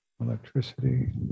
electricity